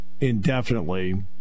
indefinitely